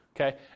okay